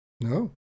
no